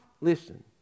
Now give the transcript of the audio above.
listen